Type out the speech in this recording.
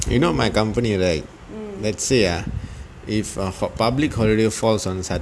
eh you know my company right let's say uh if uh for public holiday falls on saturday